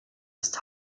ist